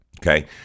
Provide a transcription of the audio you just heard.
Okay